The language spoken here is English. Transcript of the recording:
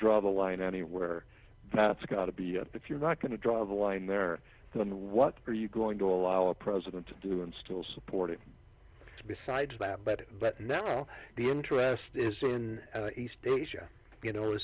draw the line anywhere that's got to be if you're not going to draw the line there then what are you going to allow a president to do and still support him besides that but but now the interest is in east asia you know